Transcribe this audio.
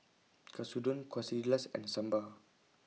Katsudon Quesadillas and Sambar